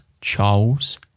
Charles